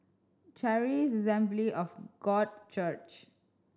Charis Assembly of God Church